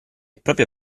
proprio